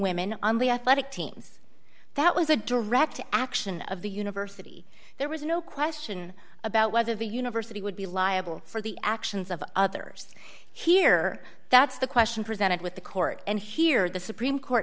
women on the athletic teams that was a direct action of the university there was no question about whether the university would be liable for the actions of others here that's the question presented with the court and here the supreme court